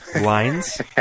lines